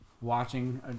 watching